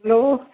hello